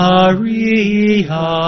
Maria